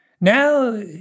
Now